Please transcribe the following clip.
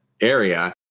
area